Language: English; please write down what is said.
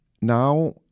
Now